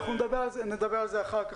אנחנו נדבר על זה אחר כך.